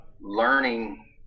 learning